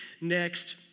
next